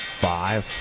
five